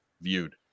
viewed